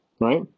right